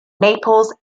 naples